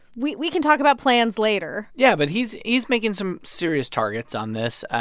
we we can talk about plans later yeah, but he's he's making some serious targets on this.